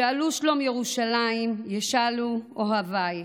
שאלו שלום ירושלים, ישליו אהביך.